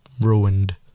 ruined